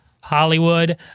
Hollywood